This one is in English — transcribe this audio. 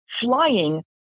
Flying